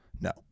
No